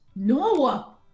No